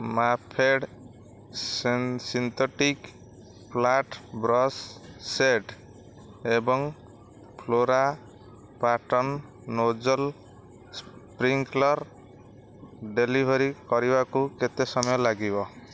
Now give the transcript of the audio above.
Maped ସେନ synthetic flat brush set ଏବଂ flora pattern nozzle sprinkler delivery କରିବାକୁ କେତେ ସମୟ ଲାଗିବ